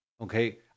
Okay